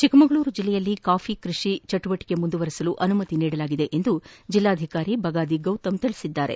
ಚಿಕ್ಕಮಗಳೂರು ಜಿಲ್ಲೆಯಲ್ಲಿ ಕಾಫಿ ಕೃಷಿ ಚಟುವಟಿಕೆ ಮುಂದುವರೆಸಲು ಅನುಮತಿ ನೀಡಲಾಗಿದೆ ಎಂದು ಜಿಲ್ಲಾಧಿಕಾರಿ ಗೌತಮ್ ಬಗಾದಿ ತಿಳಿಸಿದ್ದಾರೆ